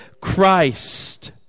Christ